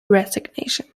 resignation